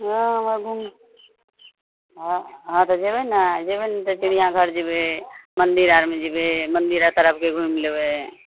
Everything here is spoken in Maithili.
हँ एमहर घुमू हँ हँ तऽ जेबय नहि जेबय नहि तऽ चिड़ियाँ घर जेबय मन्दिर आरमे जेबय मन्दिर आर तरफके घुमि लेबय